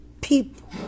people